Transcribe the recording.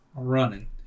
Running